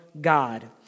God